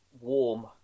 warm